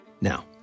Now